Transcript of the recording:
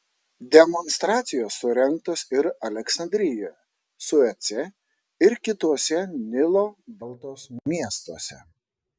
demonstracijos surengtos ir aleksandrijoje suece ir kituose nilo deltos miestuose